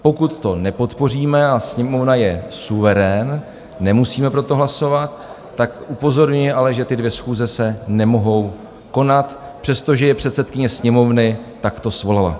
Pokud to nepodpoříme, a Sněmovna je suverén, nemusíme pro to hlasovat, tak upozorňuji ale, že ty dvě schůze se nemohou konat, přestože je předsedkyně Sněmovny takto svolala.